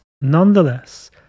Nonetheless